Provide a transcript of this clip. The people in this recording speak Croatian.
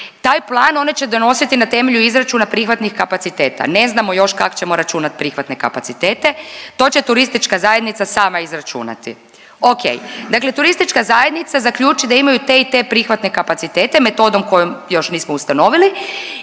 Taj plan one će donositi na temelju izračuna prihvatnih kapaciteta. Ne znamo još kak ćemo računati prihvatne kapacitete. To će turistička zajednica sama izračunati. O.k. Dakle, turistička zajednica zaključi da imaju te i te prihvatne kapacitete metodom kojom još nismo ustanovili